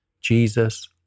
Jesus